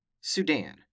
Sudan